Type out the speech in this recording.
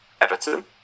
Everton